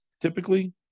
typically